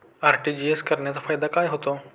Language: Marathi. आर.टी.जी.एस करण्याचा फायदा काय होतो?